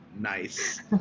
nice